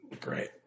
Great